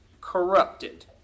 corrupted